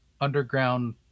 underground